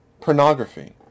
pornography